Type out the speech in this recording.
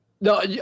No